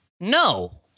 no